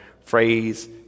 phrase